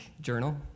journal